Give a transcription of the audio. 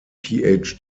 phd